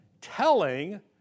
telling